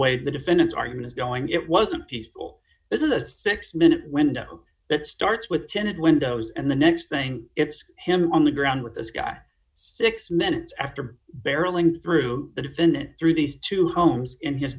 way the defendants are going is going it wasn't peaceful this is a six minute window that starts with ten it windows and the next thing it's him on the ground with this guy six minutes after barreling through the defendant through these two homes in his